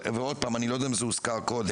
ועוד פעם אני לא יודע אם זה הוזכר קודם,